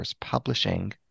Publishing